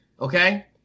Okay